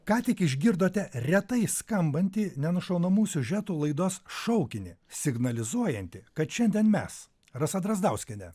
ką tik išgirdote retai skambantį nenušaunamų siužetų laidos šaukinį signalizuojantį kad šiandien mes rasa drazdauskienė